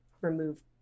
remove